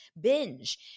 binge